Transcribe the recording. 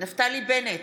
נפתלי בנט,